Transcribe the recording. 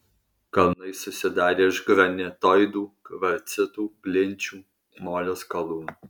kalnai susidarę iš granitoidų kvarcitų klinčių molio skalūnų